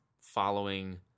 following